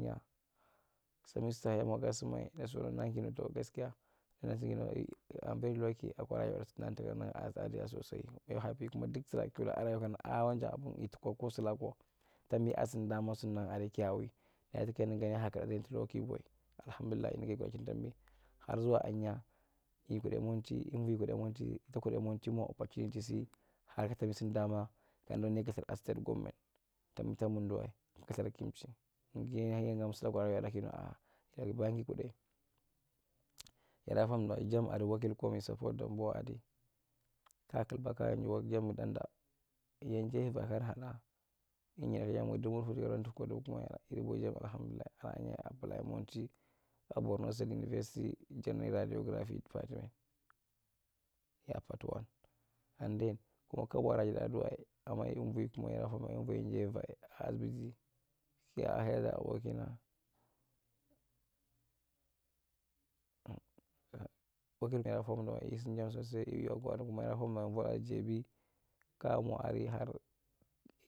Nya semester yamwa gasemae gasu wae nigin kiha to gaskia yadasmwae ye i am very lucky akwa rayuwadae suda tuka ninigi as aadia sosai ya happy kuma sura ki nuwa kwa a rayuwa kana aa wanchan abun ltikwa ko sulakwa taambi asim damar sundanaale kiaw dia takira nigan ya ha kama intro ki bwa har zuwa ahenyae ei kudai monti unvwi kuda itakudae motimawae oppotunity si harka taambi sin daam kandu’nae lkothir akwa state governt tambi ta murdiwae kathir ki mchi nigiyen yangamsudae kuram mae yadaa nukana aa dagabaya ki kudai yada fomdawae jam adi wakil kaumi support dambuwa adi kakulba kani gamgi natda yanjai’vae kayar hadtda mja yidi vidubu mutfu tuka yero tufu ko dubu kuma ida bubji aiva dayi alahamdullai ahinyae yi apply monti a borno state university general geography department ya part one an den kuma kobo ra ada jidaduwae ama kumwa yero fodume “vwi jaiva hasbisi kiyaa had abokina wakilni yadaa fomdawae yisim jam sosai igi akwa lakuma yadafomdawae vwada jedi kaamwa area har